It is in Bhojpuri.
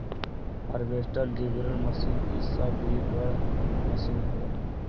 हार्वेस्टर, डिबलर मशीन इ सब भी बड़ मशीन हवे